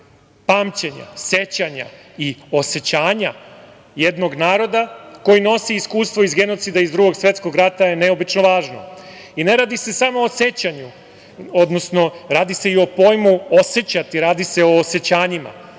pamćenja, sećanja i osećanja jednog naroda koji nosi iskustvo iz genocida iz Drugog svetskog rata je neobično važno. Ne radi se samo o sećanju, odnosno radi se i o pojmu osećati, radi se o osećanjima.